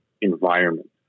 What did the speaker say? environment